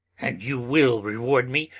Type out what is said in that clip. and you will reward me,